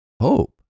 hope